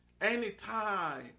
Anytime